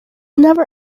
never